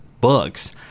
books